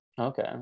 okay